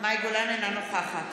אינה נוכחת